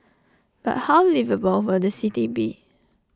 but how liveable will the city be